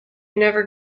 never